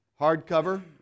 Hardcover